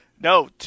No